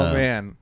man